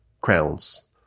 crowns